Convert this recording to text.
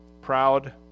proud